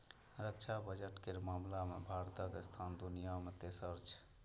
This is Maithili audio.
रक्षा बजट केर मामला मे भारतक स्थान दुनिया मे तेसर छै